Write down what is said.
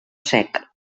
sec